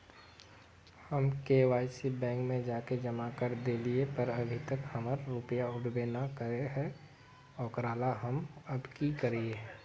हम KYC bank में जाके जमा कर देलिए पर अभी तक हमर रुपया उठबे न करे है ओकरा ला हम अब की करिए?